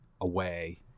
away